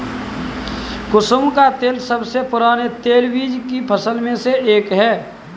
कुसुम का तेल सबसे पुराने तेलबीज की फसल में से एक है